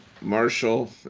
Marshall